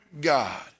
God